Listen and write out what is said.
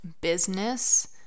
business